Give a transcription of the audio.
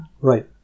Right